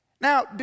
now